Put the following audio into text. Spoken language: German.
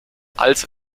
alt